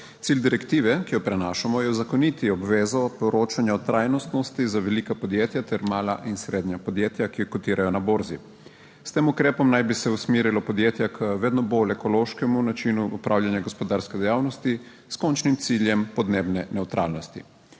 Cilj direktive, ki jo prenašamo, je uzakoniti obvezo poročanja o trajnostnosti za velika podjetja ter mala in srednja podjetja, ki kotirajo na borzi. S tem ukrepom naj bi se usmerila podjetja k vedno bolj ekološkemu načinu opravljanja gospodarske dejavnosti s končnim ciljem podnebne nevtralnosti.